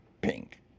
pink